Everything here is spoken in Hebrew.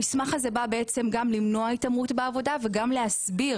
המסמך הזה בא גם למנוע התעמרות בעבודה וגם להסביר